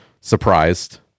surprised